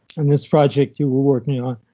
on this project you were working on,